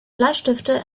bleistifte